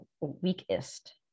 weakest